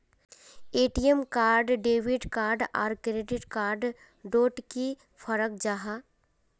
ATM card debit card आर credit card डोट की फरक जाहा?